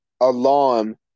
alarm